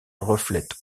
reflète